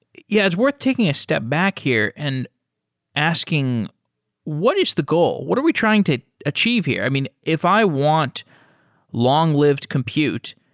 yeah. it's worth taking a step back here and asking what is the goal? what are we trying to achieve here? i mean, if i want long-lived compute